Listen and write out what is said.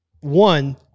One